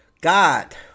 God